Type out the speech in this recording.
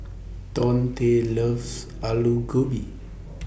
Donte loves Alu Gobi